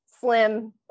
slim